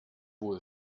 wohl